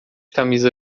camisa